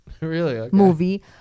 movie